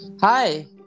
Hi